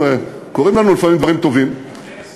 קורים לנו לפעמים דברים טובים, נס.